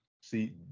see